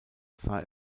sah